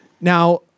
Now